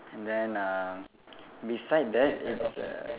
and then uh beside that it's a